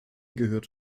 gehört